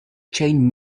chang